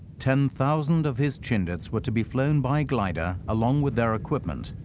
ten thousand of his chindits were to be flown by glider along with their equipment,